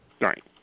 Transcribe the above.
Right